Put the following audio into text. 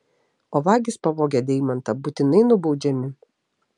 o vagys pavogę deimantą būtinai nubaudžiami